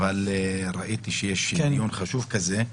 ראיתי שיש דיון חשוב כזה,